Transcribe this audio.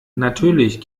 natürlich